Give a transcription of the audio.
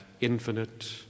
infinite